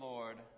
Lord